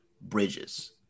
Bridges